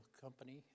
company